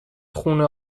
خونه